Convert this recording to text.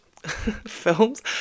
Films